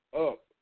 up